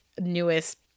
newest